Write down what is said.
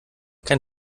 kein